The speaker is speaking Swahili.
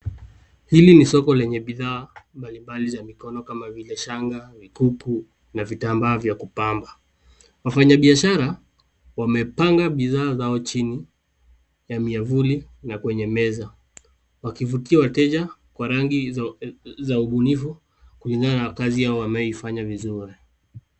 Hili ni soko lenye bidhaa mbalimbali za mikono kama vile shanga, mikuku na vitambaa vya kupamba, wafanya biashara wamepanga bidhaa zao chini ya miavuli na kwenye meza wakivutia wateja kwa rangi za ubunifu kulingana na kazi yao wanaifanya vizuri.